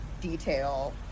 detail